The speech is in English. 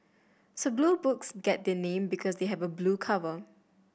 so Blue Books get their name because they have a blue cover